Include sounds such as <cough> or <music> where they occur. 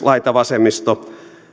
<unintelligible> laitavasemmisto